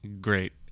Great